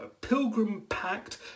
pilgrim-packed